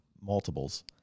multiples